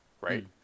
right